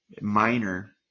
minor